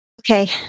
Okay